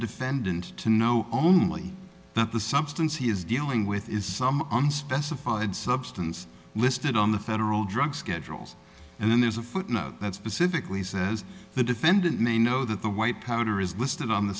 defendant to know only that the substance he is dealing with is some unspecified substance listed on the federal drug schedules and then there's a footnote that specifically says the defendant may know that the white powder is listed on the